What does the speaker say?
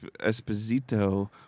Esposito